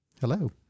Hello